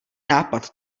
nápad